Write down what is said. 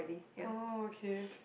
oh okay